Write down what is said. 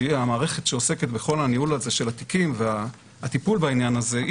שהיא המערכת שעוסקת בכל הניהול הזה של התיקים והטיפול בעניין הזה,